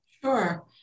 Sure